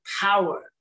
power